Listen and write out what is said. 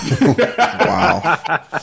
Wow